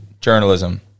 journalism